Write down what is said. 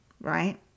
right